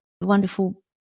wonderful